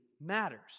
matters